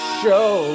show